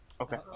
Okay